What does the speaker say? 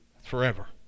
forever